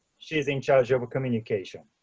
she is in charge of communication.